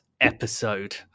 episode